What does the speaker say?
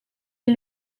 est